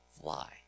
fly